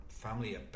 family